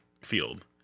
field